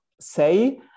say